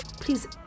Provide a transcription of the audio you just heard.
please